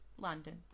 London